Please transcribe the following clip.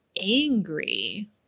angry